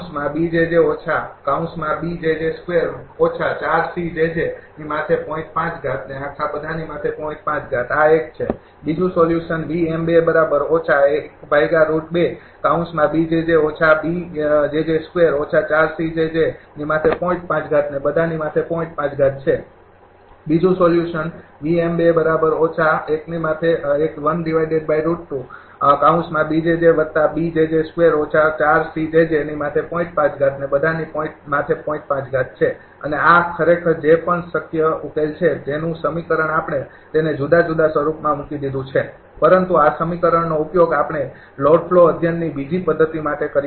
૧ આ એક છે ૨ બીજુ સોલ્યુશન છે ૩ બીજુ સોલ્યુશન છે અને ૪ આ ખરેખર જે પણ શક્ય ઉકેલ છે જેનું સમીકરણ આપણે તેને જુદા જુદા સ્વરૂપમાં મૂકી દીધું છે પરંતુ આ સમીકરણનો ઉપયોગ આપણે લોડ ફ્લો અધ્યયનની બીજી પદ્ધતિ માટે કર્યો છે